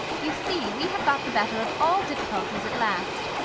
you see we have got the better of all difficulties at last.